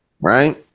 right